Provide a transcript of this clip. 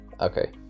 Okay